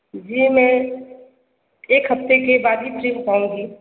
जी ma'am एक हफ़्ते के बाद ही फ़्री हो पाऊँगी